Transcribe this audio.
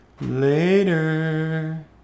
later